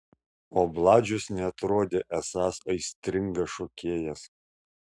o bladžius neatrodė esąs aistringas šokėjas